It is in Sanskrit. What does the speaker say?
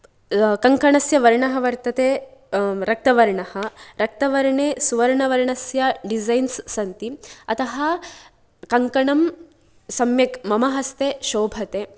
कङ्कणस्य वर्णः वर्तते रक्तवर्णः रक्तवर्णे सुवर्णवर्णस्य डिज़ैन्स् सन्ति अतः कङ्कणं सम्यक् मम हस्ते शोभते